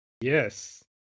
Yes